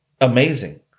amazing